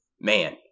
man